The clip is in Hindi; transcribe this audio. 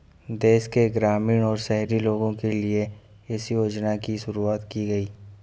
देश के ग्रामीण और शहरी लोगो के लिए इस योजना की शुरूवात की गयी